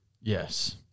Yes